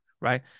right